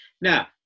Now